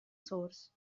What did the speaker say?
source